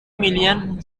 million